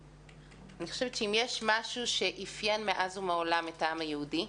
אני חושבת שאם יש משהו שאפיין מאז ומעולם את העם היהודי,